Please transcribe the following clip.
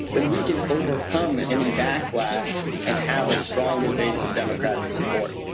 then we can overcome any backlash and have a stronger base of democratic support.